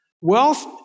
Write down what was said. Wealth